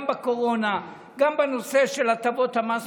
גם בקורונה וגם בנושא של הטבות המס,